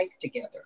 together